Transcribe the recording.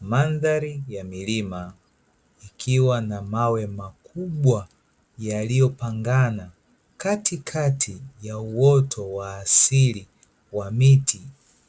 Madhari ya milima ikiwa na mawe makubwa yaliyo pangana katikati ya uwoto wa asili, wa miti